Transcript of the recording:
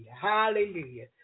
Hallelujah